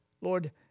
Lord